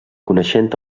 coneixent